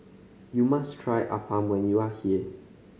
you must try appam when you are here